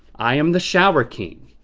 i am the shower king.